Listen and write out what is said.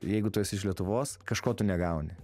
jeigu tu esi iš lietuvos kažko tu negauni